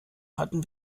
hatten